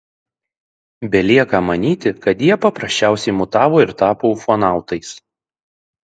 belieka manyti kad jie paprasčiausiai mutavo ir tapo ufonautais